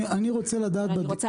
אני רוצה לדעת בדיווח --- אני רוצה